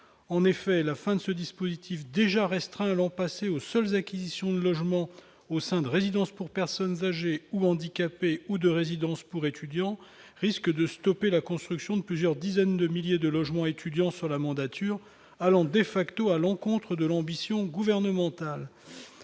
en effet la fin de ce dispositif, déjà restreint l'an passé aux seules acquisitions de logements au sein de résidence pour personnes âgées ou handicapées ou de résidence pour étudiants risque de stopper la construction de plusieurs dizaines de milliers de logements étudiants sur la mandature, allant des facto à l'encontre de l'ambition gouvernementale